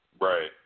Right